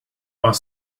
while